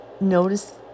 notice